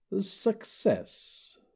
Success